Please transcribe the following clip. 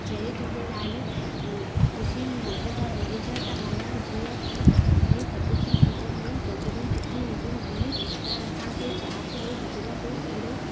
जय Jhulelal Khushi hotel जा manager था ॻाल्हायो जीअं त हाणे थधि जी सीजन में गजरूं सुठियूं ईंदियूं आहिनि त असांखे चारि किलो गजरुनि जो सीरो